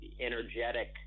energetic